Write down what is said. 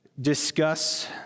discuss